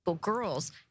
Girls